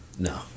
No